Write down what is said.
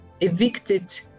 evicted